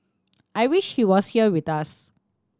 I wish he was here with us